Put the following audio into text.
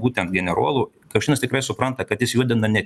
būtent generolų kasčiūnas tikrai supranta kad jis judina ne